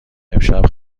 امشب